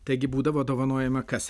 taigi būdavo dovanojama kas